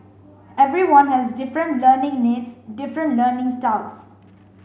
everyone has different learning needs different learning styles